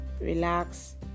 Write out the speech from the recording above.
relax